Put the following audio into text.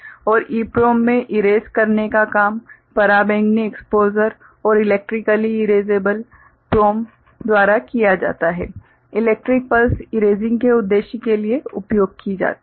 और EPROM में erase करने का काम पराबैंगनी एक्स्पोसर और इलेक्ट्रिकली इरेसेबल PROM द्वारा किया जाता है - इलेक्ट्रिक पल्स इरेसिंग के उद्देश्य के लिए उपयोग की जाती है